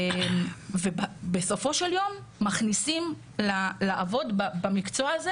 בסופו של יום מכניסים לעבוד במקצוע הזה